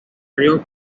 río